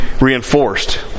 reinforced